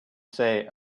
say